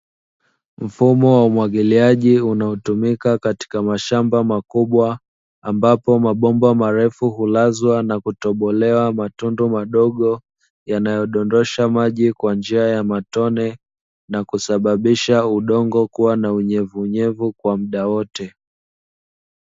Mfumo wa umwagiliaji, unaotumika katika mashamba makubwa, ambapo mabomba marefu hulazwa na kutobelewa matundu madogo yanayodondosha maji kwa njia ya matone na kusababisha udongo kuwa na unyevuunyevu kwa mda wote.